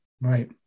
Right